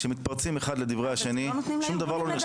כשמתפרצים אחד לדברי השני שום דבר לא נרשם